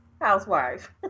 housewife